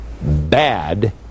bad